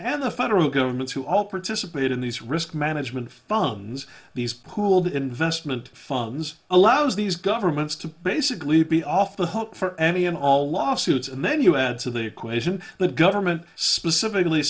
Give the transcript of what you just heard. and the federal governments who all participate in these risk management funs these pooled investment funds allows these governments to basically be off the hook for any and all lawsuits and then you add to the equation the government specifically